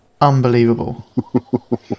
Unbelievable